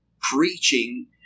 preaching